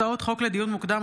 הצעות חוק לדיון מוקדם,